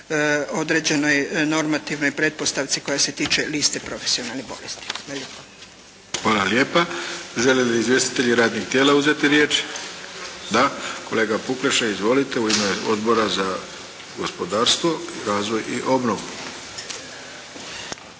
određenoj normativnoj pretpostavci koja se tiče liste profesionalnih bolesti. **Arlović, Mato (SDP)** Hvala lijepa. Žele li izvjestitelji radnih tijela uzeti riječ. Kolega Pukleša izvolite u ime Odbora za gospodarstvo, razvoj i obnovu.